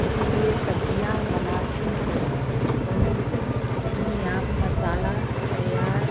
इसीलिए सब्जियाँ हम बनाती हूँ तो अपनी आप मसाला तैयार